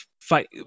fight